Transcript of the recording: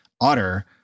Otter